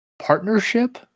partnership